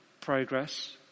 progress